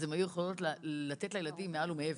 אז הן היו יכולות לתת לילדים מעל ומעבר.